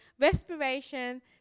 respiration